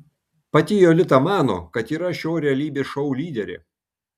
pati jolita mano kad yra šio realybės šou lyderė